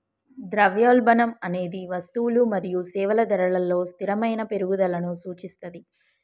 ద్రవ్యోల్బణం అనేది వస్తువులు మరియు సేవల ధరలలో స్థిరమైన పెరుగుదలను సూచిస్తది